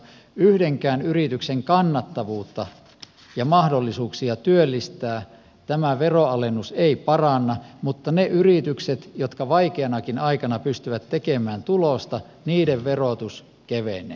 yhdenkään yrityksen kannattavuutta ja mahdollisuuksia työllistää tämä veronalennus ei paranna mutta niiden yritysten jotka vaikeanakin aikana pystyvät tekemään tulosta verotus kevenee